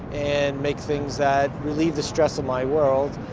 and make things that relieve the stress of my world.